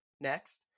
next